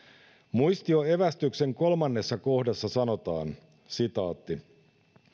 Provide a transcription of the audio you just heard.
muistioevästyksen kolmannessa kohdassa sanotaan